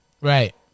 Right